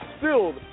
filled